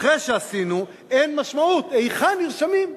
אחרי שעשינו, אין משמעות היכן נרשמים.